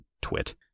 Twit